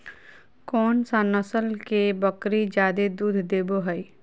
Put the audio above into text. कौन सा नस्ल के बकरी जादे दूध देबो हइ?